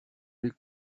les